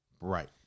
Right